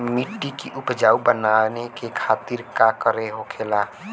मिट्टी की उपजाऊ बनाने के खातिर का करके होखेला?